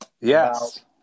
Yes